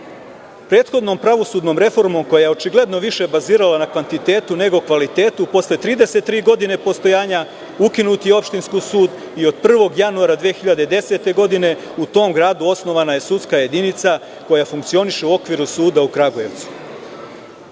Prethodnom pravosudnom reformom koja se očigledno više bazirala na kvantitetu nego na kvalitetu, posle 33 godine postojanja ukinut je Opštinski sud i od 1. januara 2010. godine u tom gradu je osnovana sudska jedinica koja funkcioniše u okviru suda u Kragujevcu.U